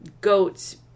goats